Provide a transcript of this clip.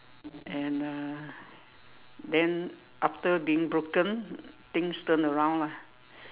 and uh then after being broken things turns around lah